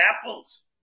apples